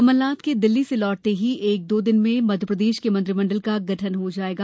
कमलनाथ के दिल्ली से लौटते ही एक दो दिन में मध्यप्रदेश के मंत्रिमंडल का गठन हो जाएगा